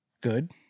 good